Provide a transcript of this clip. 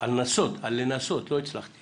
על לנסות לא הצלחתי